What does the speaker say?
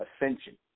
ascension